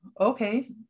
Okay